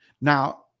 Now